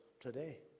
today